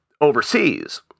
overseas